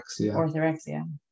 orthorexia